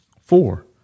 Four